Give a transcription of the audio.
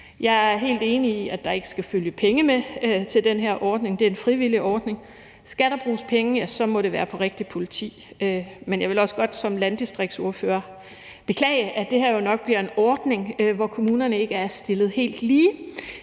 Jeg er helt enig i, at der ikke skal følge penge med til den her ordning. Det er en frivillig ordning. Skal der bruges penge, må det være på rigtigt politi. Men jeg vil også godt som landdistriktsordfører beklage, at det her jo nok bliver en ordning, hvor kommunerne ikke er stillet helt lige.